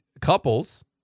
couples